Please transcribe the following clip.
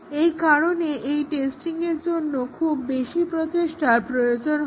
এই কারণে এই টেস্টিংয়ের জন্য খুব বেশি প্রচেষ্টার প্রয়োজন হয়